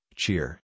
cheer